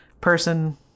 person